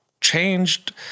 changed